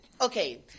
okay